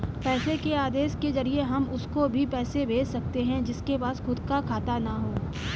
पैसे के आदेश के जरिए हम उसको भी पैसे भेज सकते है जिसके पास खुद का खाता ना हो